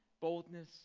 boldness